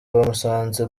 bamusanze